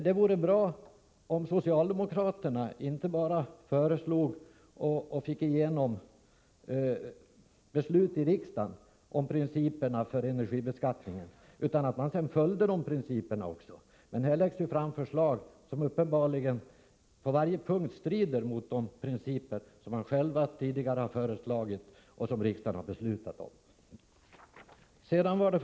Det vore bra om socialdemokraterna inte bara föreslog och fick igenom beslut i riksdagen om principer för energibeskattningen utan också följde de principerna sedan. Men här lägger regeringen fram förslag som på varje punkt strider mot de principer som den själv tidigare har föreslagit och riksdagen har antagit.